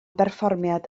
berfformiad